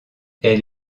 elle